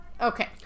Okay